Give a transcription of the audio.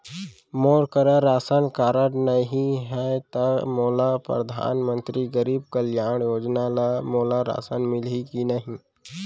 मोर करा ration card नहीं है त का मोल परधानमंतरी गरीब कल्याण योजना ल मोला राशन मिलही कि नहीं?